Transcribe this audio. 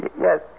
Yes